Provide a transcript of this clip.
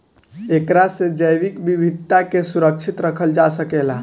एकरा से जैविक विविधता के सुरक्षित रखल जा सकेला